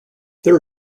there